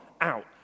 out